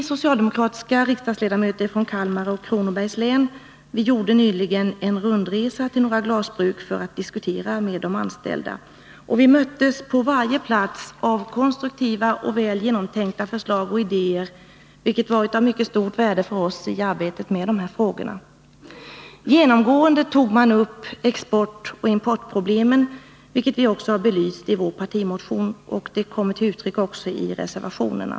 De socialdemokratiska riksdagsledamöterna från Kalmar län och Kronobergs län gjorde nyligen en rundresa till några glasbruk för att diskutera med de anställda. På varje plats möttes vi av konstruktiva och väl genomtänkta förslag och idéer, vilket var av mycket stort värde för oss i arbetet med de här frågorna. Genomgående tog man upp exportoch importproblemen, vilka vi också har belyst i vår partimotion. Problemen tas också upp i reservationerna.